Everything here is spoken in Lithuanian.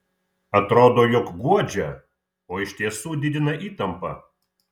atrodo jog guodžia o iš tiesų didina įtampą